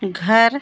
घर